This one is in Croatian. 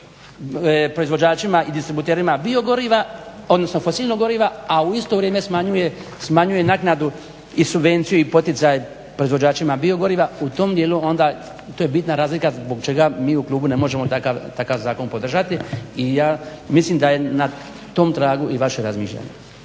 proizvođačima i distributerima biogoriva odnosno fosilnog goriva a u isto vrijeme smanjuje naknadu i subvenciju i poticaj proizvođačima biogoriva u tom dijelu onda to je bitna razlika zbog čega mi u klubu ne možemo takav zakon podržati i mislim da je na tom tragu i vaše razmišljanje.